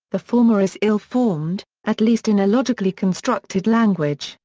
the former is ill-formed, at least in a logically constructed language,